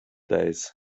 days